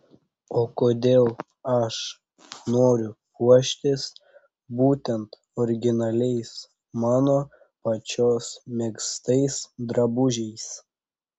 o kodėl aš noriu puoštis būtent originaliais mano pačios megztais drabužiais